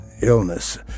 illness